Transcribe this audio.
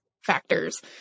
factors